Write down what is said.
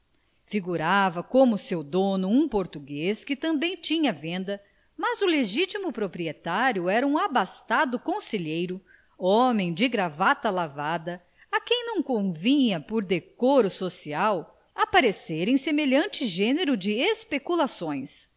figurava como seu dono um português que também tinha venda mas o legitimo proprietário era um abastado conselheiro homem de gravata lavada a quem não convinha por decoro social aparecer em semelhante gênero de